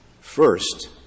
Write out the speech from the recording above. First